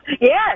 Yes